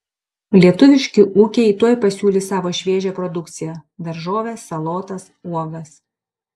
lietuviški ūkiai tuoj pasiūlys savo šviežią produkciją daržoves salotas uogas